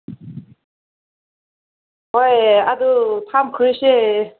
ꯍꯣꯏ ꯑꯗꯨ ꯊꯝꯈ꯭ꯔꯁꯦ